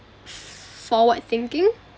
forward thinking